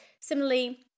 similarly